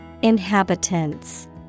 Inhabitants